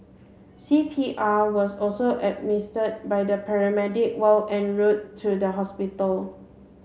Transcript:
C P R was also administered by the paramedic while en route to the hospital